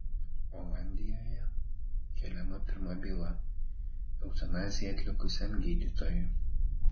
olandijoje keliama pirma byla eutanaziją atlikusiam gydytojui